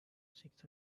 six